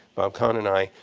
bob kahn and i,